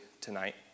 tonight